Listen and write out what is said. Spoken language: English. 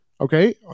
Okay